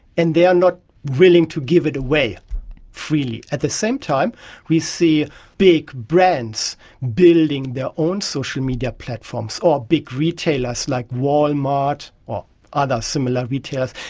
and they are not willing to give it away freely. at the same time we see big brands building their own social media platforms or big retailers like walmart or other similar retailers.